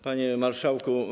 Panie Marszałku!